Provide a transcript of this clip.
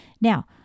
Now